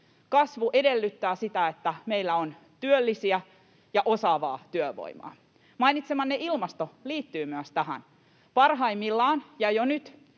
kasvu edellyttää sitä, että meillä on työllisiä ja osaavaa työvoimaa. Mainitsemanne ilmasto liittyy myös tähän. Parhaimmillaan ja jo nyt